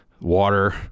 water